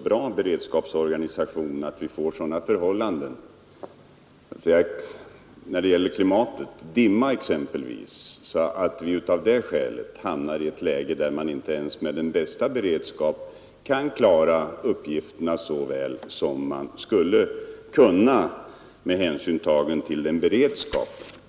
Väderleksförhållandena kan ju bli sådana — t.ex. vid dimma — att man inte ens med den bästa beredskap kan klara uppgifterna på ett sätt som beredskapen i och för sig